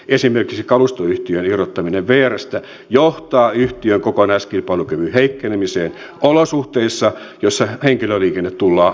esimerkiksi kalustoyhtiön irrottaminen vrstä johtaa yhtiön kokonaiskilpailukyvyn heikkenemiseen olosuhteissa joissa henkilöliikenne tullaan avaamaan kilpailulle